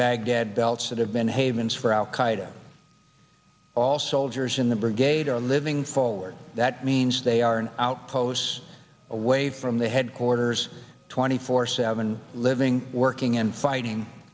baghdad belts that have been havens for al qaeda all soldiers in the brigade are living for work that means they are in outposts away from the headquarters twenty four seven living working and fighting